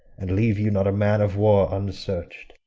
and leave you not a man-of-war unsearch'd.